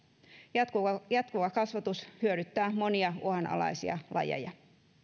jatkuva jatkuva kasvatus hyödyttää monia uhanalaisia lajeja